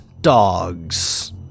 dogs